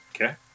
Okay